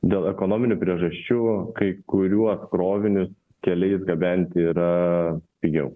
dėl ekonominių priežasčių kai kuriuos krovinius keliais gabenti yra pigiau